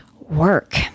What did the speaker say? work